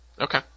Okay